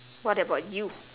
what about you